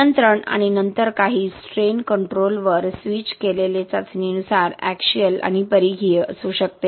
नियंत्रण आणि नंतर काही स्ट्रेन कंट्रोलवर स्विच केलेले चाचणीनुसार एक्सियल आणि परिघीय असू शकते